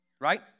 right